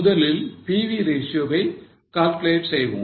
முதலில் PV ratio வை calculate செய்வோம்